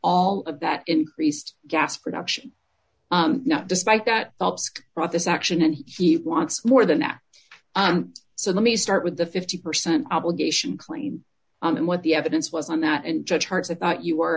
all of that increased gas production not despite that brought this action and he wants more than that and so let me start with the fifty percent obligation claim and what the evidence was on that and judge hearts i thought you were